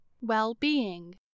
well-being